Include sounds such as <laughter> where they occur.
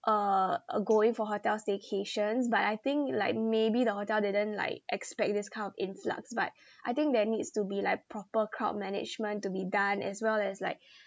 uh uh going for hotel staycations but I think like maybe the hotel didn't like expect this kind of influx but <breath> I think there needs to be like proper crowd management to be done as well as like <breath>